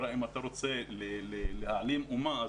אם אתה רוצה להעלים אומה,